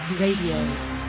RADIO